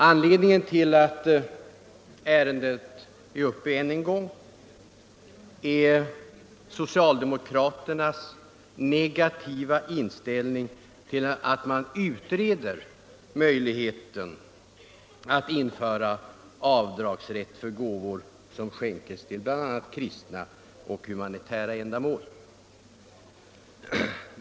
Anledningen till att ärendet är uppe till behandling ännu en gång är socialdemokraternas negativa inställning till att man utreder möjligheten att införa avdragsrätt för gåvor till bl.a. kristna och humanitära ändamål.